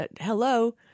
Hello